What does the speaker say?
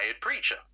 preacher